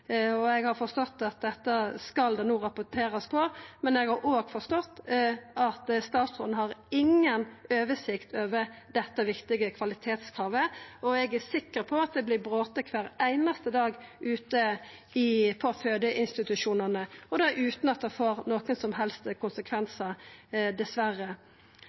fødselen. Eg har forstått at det no skal rapporterast på det, men eg har òg forstått at statsråden har inga oversikt over dette viktige kvalitetskravet, og eg er sikker på at det vert brote kvar einaste dag ute på fødeinstitusjonane, utan at det får nokon som helst konsekvensar, dessverre.